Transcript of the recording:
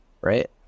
right